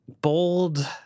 bold